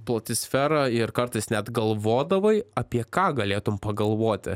plati sfera ir kartais net galvodavai apie ką galėtum pagalvoti